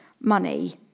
money